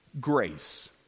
Grace